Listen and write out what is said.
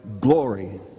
Glory